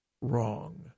wrong